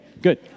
good